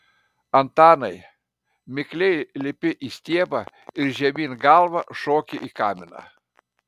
antanai mikliai lipi į stiebą ir žemyn galva šoki į kaminą